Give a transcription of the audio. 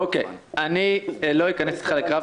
להפך.